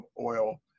oil